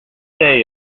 say